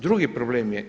Drugi problem je.